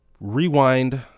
Rewind